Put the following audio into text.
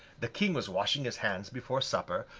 the king was washing his hands before supper,